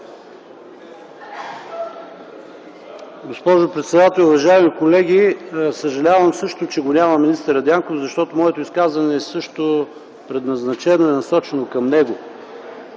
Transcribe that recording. Госпожо председател, уважаеми колеги! Аз също съжалявам, че го няма министър Дянков, защото моето изказване е предназначено и е насочено към него.